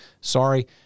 sorry